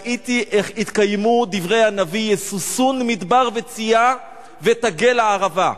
ראיתי איך התקיימו דברי הנביא: "ישֻשום מדבר וציה ותגל ערבה",